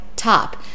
top